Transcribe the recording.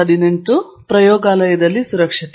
hello